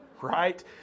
right